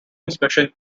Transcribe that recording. inspection